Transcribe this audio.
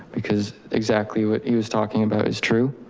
because exactly what he was talking about is true.